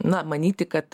na manyti kad